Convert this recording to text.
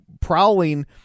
prowling